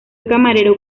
camarero